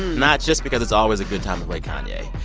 not just because it's always a good time to play kanye.